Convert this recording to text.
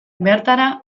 bertara